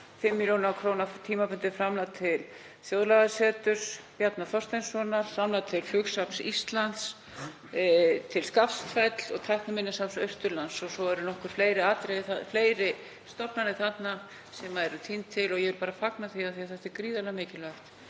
5 millj. kr. tímabundið framlag til Þjóðlagaseturs sr. Bjarna Þorsteinssonar, framlag til Flugsafns Íslands, til Skaftfells og Tækniminjasafns Austurlands. Og svo eru nokkrar fleiri stofnanir þarna sem eru tíndar til. Ég vil bara fagna því. Þetta er gríðarlega mikilvægt